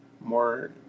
more